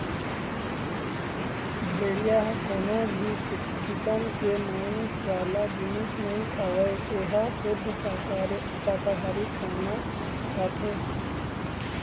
भेड़िया ह कोनो भी किसम के मांस वाला जिनिस नइ खावय ए ह सुद्ध साकाहारी खाना खाथे